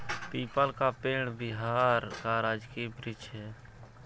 people का पेड़ बिहार का राजकीय वृक्ष है